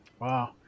Wow